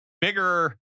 Bigger